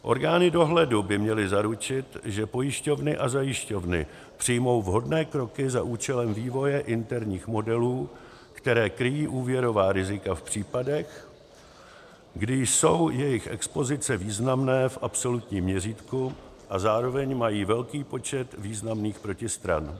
Orgány dohledu by měly zaručit, že pojišťovny a zajišťovny přijmou vhodné kroky za účelem vývoje interních modelů, které kryjí úvěrová rizika v případech, kdy jsou jejich expozice významné v absolutním měřítku a zároveň mají velký počet významných protistran.